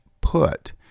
put